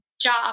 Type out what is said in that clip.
job